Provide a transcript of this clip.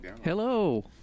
Hello